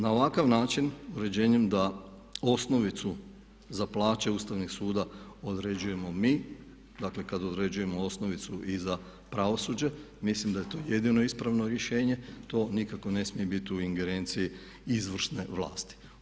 Na ovakav način, uređenjem da osnovicu za plaće Ustavnih suda određujemo mi, dakle kad određujemo osnovnicu i za pravosuđe mislim da je to jedino ispravno rješenje, to nikako ne smije biti u ingerenciji izvršne vlasti.